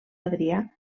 adrià